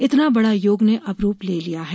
इतना बड़ा योग ने अब रूप ले लिया है